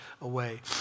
away